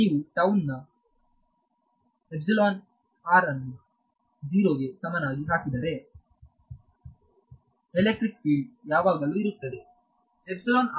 ನೀವು ಟೌ ನ epsilon r ಅನ್ನು 0 ಗೆ ಸಮನಾಗಿ ಹಾಕಿದರೆ ಎಲೆಕ್ಟ್ರಿಕ್ ಫೀಲ್ಡ್ ಯಾವಾಗಲೂ ಇರುತ್ತದೆ